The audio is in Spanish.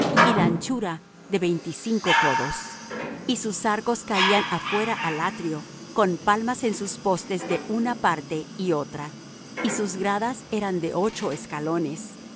y la anchura de veinticinco codos y sus arcos caían afuera al atrio con palmas en sus postes de una parte y otra y sus gradas eran de ocho escalones